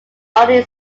only